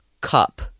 cup